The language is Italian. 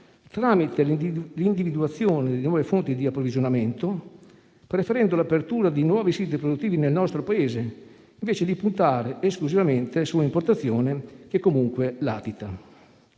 tramite l'individuazione di nuove fonti di approvvigionamento, preferendo l'apertura di nuovi siti produttivi nel nostro Paese, invece di puntare esclusivamente su un'importazione che comunque latita.